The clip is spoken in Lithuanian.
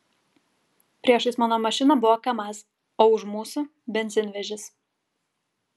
priešais mano mašiną buvo kamaz o už mūsų benzinvežis